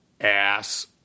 ass